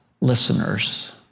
listeners